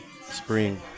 spring